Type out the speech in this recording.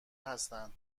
هستند